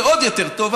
זה עוד יותר טוב,